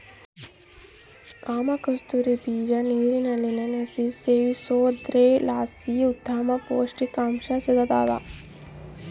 ಕಾಮಕಸ್ತೂರಿ ಬೀಜ ನೀರಿನಲ್ಲಿ ನೆನೆಸಿ ಸೇವಿಸೋದ್ರಲಾಸಿ ಉತ್ತಮ ಪುಷಕಾಂಶ ಸಿಗ್ತಾದ